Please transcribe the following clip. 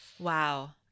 Wow